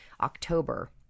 October